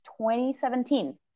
2017